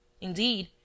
Indeed